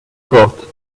court